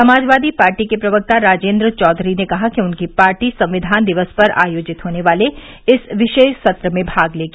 Samajwadi party के प्रवक्ता राजेन्द्र चौधरी ने कहा कि उनकी पार्टी संविधान दिवस पर आयोजित होने वाले इस विशेष सत्र में भाग लेगी